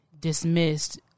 dismissed